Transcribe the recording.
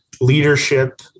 leadership